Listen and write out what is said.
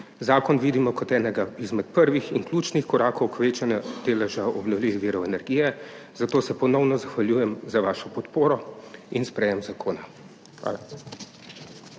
Zakon vidimo kot enega izmed prvih in ključnih korakov k večanju deleža obnovljivih virov energije, zato se ponovno zahvaljujem za vašo podporo in sprejem zakona. Hvala.